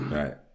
right